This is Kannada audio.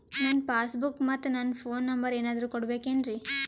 ನನ್ನ ಪಾಸ್ ಬುಕ್ ಮತ್ ನನ್ನ ಫೋನ್ ನಂಬರ್ ಏನಾದ್ರು ಕೊಡಬೇಕೆನ್ರಿ?